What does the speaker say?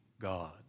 God